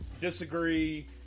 disagree